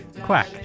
Quack